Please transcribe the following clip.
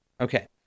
Okay